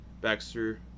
Baxter